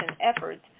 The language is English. efforts